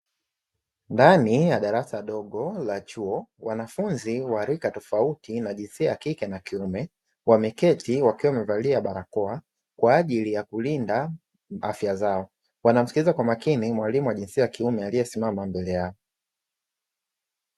Ndani ya darasa dogo la chuo, wanafunzi wa rika tofauti wa jinsia ya kike na kiume, wameketi wamevalia barakoa kwa ajili ya kulinda afya zao. Wanasikiliza kwa makini mwalimu wa jinsia kiume aliyesimama mbele yao.